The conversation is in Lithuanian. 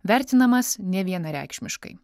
vertinamas nevienareikšmiškai